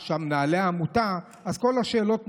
אז כל השאלות נגמרות,